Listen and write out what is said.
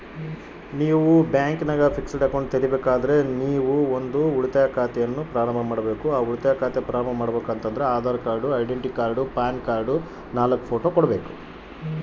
ನಾನು ಬ್ಯಾಂಕಿನಾಗ fixed account ತೆರಿಬೇಕಾದರೆ ಏನೇನು ಕಾಗದ ಪತ್ರ ಕೊಡ್ಬೇಕು?